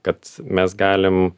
kad mes galim